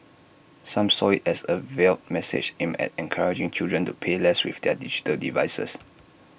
some saw IT as A veiled message aimed at encouraging children to play less with their digital devices